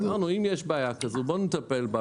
אמרנו: אם יש בעיה כזו, בוא נטפל בה.